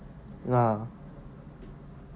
uh